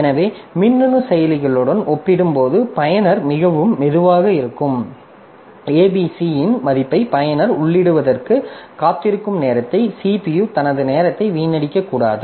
எனவே மின்னணு செயலிகளுடன் ஒப்பிடும்போது பயனர்கள் மிகவும் மெதுவாக இருக்கும் a b c இன் மதிப்பை பயனர் உள்ளிடுவதற்கு காத்திருக்கும் நேரத்தை CPU தனது நேரத்தை வீணடிக்கக்கூடாது